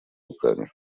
руками